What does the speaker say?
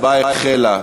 ההצבעה החלה.